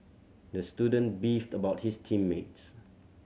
the student beefed about his team mates